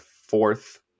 fourth